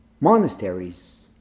monasteries